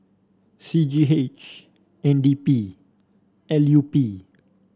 C G H N D P L U P